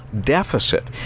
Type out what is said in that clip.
deficit